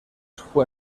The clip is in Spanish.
fue